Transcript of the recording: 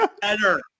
better